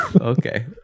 Okay